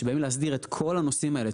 שבאים להסדיר את כל הנושאים האלה,